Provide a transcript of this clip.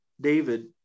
David